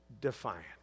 defiant